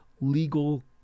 legal